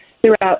throughout